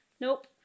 Nope